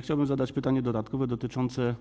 Chciałbym zadać pytanie dodatkowe dotyczące